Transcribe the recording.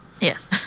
yes